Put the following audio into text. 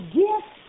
gift